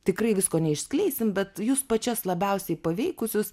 tikrai visko neišskleisim bet jus pačias labiausiai paveikusius